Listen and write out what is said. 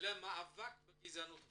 למאבק בגזענות ובאפליה.